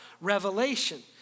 revelation